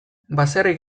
baserri